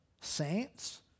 Saints